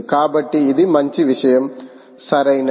కాబట్టి ఇది మంచి విషయం సరియైనది